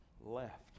left